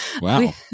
Wow